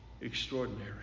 extraordinary